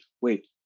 wait